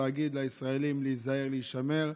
להגיד לישראלים להיזהר ולהישמר,